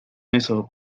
eso